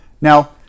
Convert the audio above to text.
Now